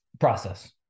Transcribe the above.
process